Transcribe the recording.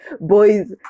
boys